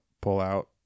pull-out